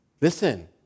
Listen